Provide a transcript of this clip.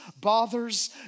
bothers